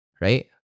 right